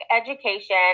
education